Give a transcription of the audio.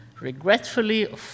Regretfully